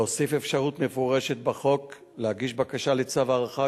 להוסיף אפשרות מפורשת בחוק להגיש בקשה לצו הארכה